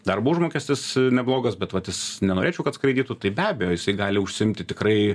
darbo užmokestis neblogas bet vat jis nenorėčiau kad skraidytų tai be abejo jisai gali užsiimti tikrai